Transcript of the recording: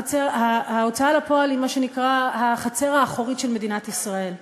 ההוצאה לפועל היא מה שנקרא החצר האחורית של מדינת ישראל.